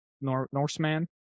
Norseman